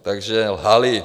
Takže lhali.